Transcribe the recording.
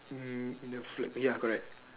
um in the flag ya correct